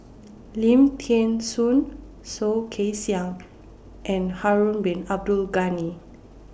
Lim Thean Soo Soh Kay Siang and Harun Bin Abdul Ghani